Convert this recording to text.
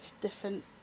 different